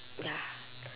ya